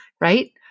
right